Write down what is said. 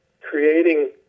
creating